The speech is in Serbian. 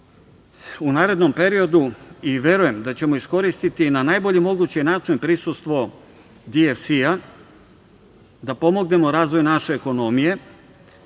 u narednom periodu i verujem da ćemo iskoristiti na najbolji mogući način prisustvom DFC da pomognemo razvoju naše ekonomije,